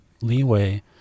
leeway